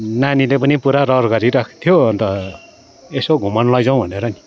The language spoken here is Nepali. नानीले पनि पुरा रहर गरिराखेको थियो अन्त यसो घुमाउनु लैजाउँ भनेर नि